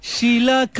Sheila